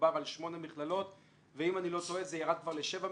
מדובר על שמונה מכללות ואם אני לא טועה זה ירד כבר לשבע מכללות,